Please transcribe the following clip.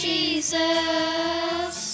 Jesus